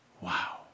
wow